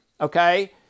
okay